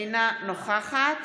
אינה נוכחת